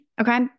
okay